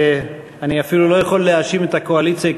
אני אפילו לא יכול להאשים את הקואליציה,